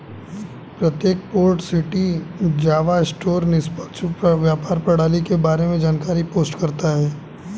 प्रत्येक port city Java store निष्पक्ष व्यापार प्रणाली के बारे में जानकारी पोस्ट करता है